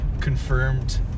confirmed